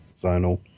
Zonal